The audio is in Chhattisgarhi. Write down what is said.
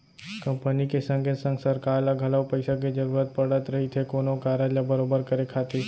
कंपनी के संगे संग सरकार ल घलौ पइसा के जरूरत पड़त रहिथे कोनो कारज ल बरोबर करे खातिर